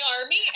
army